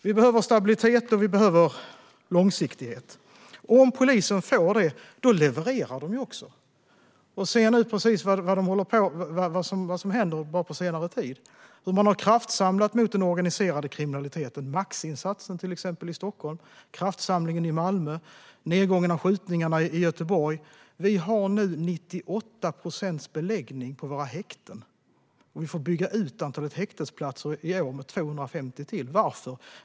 Vi behöver stabilitet och långsiktighet. Om polisen får det levererar de också. Se bara på vad som hänt under senare tid! De har kraftsamlat mot den organiserade kriminaliteten, till exempel genom Maxinsatsen i Stockholm, kraftsamlingen i Malmö, nedgången i skjutningar i Göteborg. Vi har nu 98 procents beläggning på våra häkten. Vi får bygga ut antalet häktesplatser i år med 250 till. Varför?